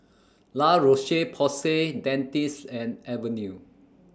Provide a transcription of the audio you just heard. La Roche Porsay Dentiste and Avene